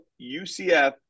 UCF